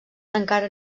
encara